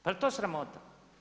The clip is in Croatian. Pa jel' to sramota?